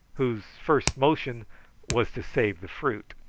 whose first motion was to save the fruit.